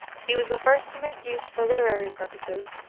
he was the first to make use, for literary purposes,